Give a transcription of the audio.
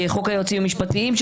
חוק היועצים המשפטיים,